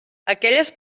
aquelles